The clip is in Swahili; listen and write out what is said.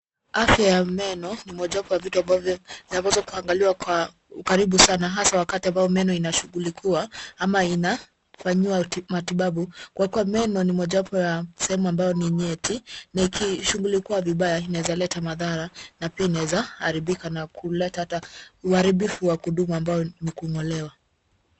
Afya ya meno ni mojawapo ya vitu inapaswa kuangaliwa kwa ukaribu sana hasa wakati meno inashughulikiwa ama inafanya matibabu, kwa kuwa meno ni mojawapo ya sehemu ambapo ni nyeti na ikishughulikiwa vibaya inaeza leta mathara na pia inaeza aripika na kuleta hata uharibifu wa kudumu ambapo ni kungolewa.